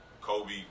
Kobe